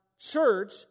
church